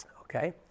Okay